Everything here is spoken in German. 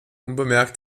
unbemerkt